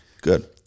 Good